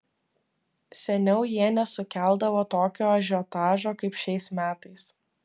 seniau jie nesukeldavo tokio ažiotažo kaip šiais metais